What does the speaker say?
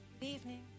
evening